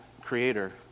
Creator